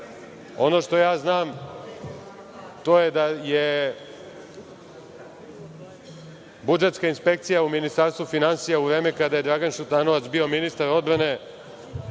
što ja znam, to je da je budžetska inspekcija u Ministarstvu finansija, u vreme kada je Dragan Šutanovac bio ministar odbrane,